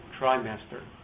trimester